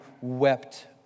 wept